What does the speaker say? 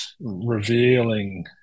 revealing